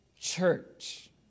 church